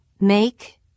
Make